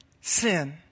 sin